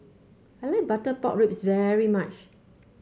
I like Butter Pork Ribs very much